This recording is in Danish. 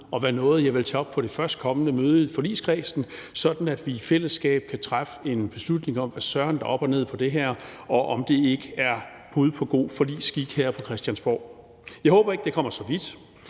vil være noget, jeg vil tage op på det førstkommende møde i forligskredsen, sådan at vi i fællesskab kan træffe beslutninger om, hvad søren der er op og ned i det her, og om det ikke er brud på god forligsskik her på Christiansborg. Jeg håber ikke, at det kommer så vidt,